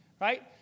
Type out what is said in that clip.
right